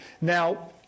Now